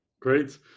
Great